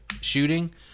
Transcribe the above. shooting